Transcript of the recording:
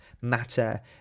matter